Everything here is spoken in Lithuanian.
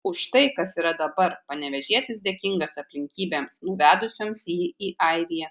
už tai kas yra dabar panevėžietis dėkingas aplinkybėms nuvedusioms jį į airiją